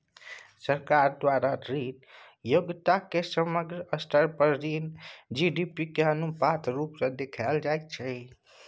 सरकार द्वारा ऋण योग्यता केर समग्र स्तर पर ऋण सँ जी.डी.पी केर अनुपात रुप सँ देखाएल जाइ छै